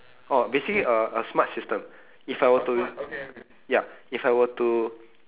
orh basically a a smart system if I were to ya if I were to